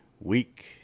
week